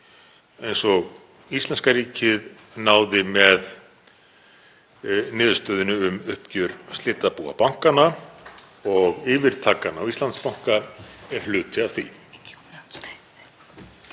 og íslenska ríkið náði með niðurstöðunni um uppgjör slitabúa bankanna og yfirtakan á Íslandsbanka er hluti af því.